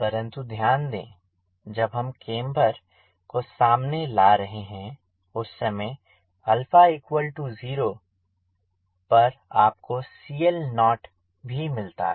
परंतु ध्यान दें जब हम केम्बर को सामने ला रहे हैं उस समय 0पर आपको CL0 भी मिलता है